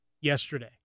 yesterday